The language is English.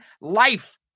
life